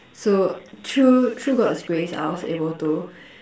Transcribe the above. so through through God's Grace I was able to